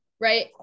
right